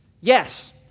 Yes